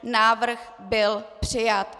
Návrh byl přijat.